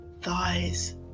thighs